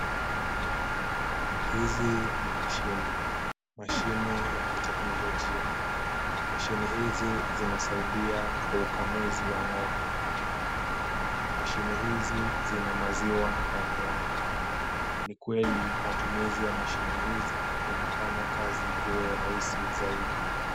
Hizi ni mashini , mashini za kiteknolojia. Mashine hizi zinasaidia kwa ukamuzi wa ngombe. Mashine hizi zina maziwa ndani yao. Ni kweli matumizi ya mashine hizi zinafanya kazi iwe rahisi zaidi.